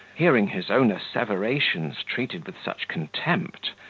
hearing his own asseverations treated with such contempt,